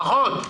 פחות.